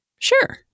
Sure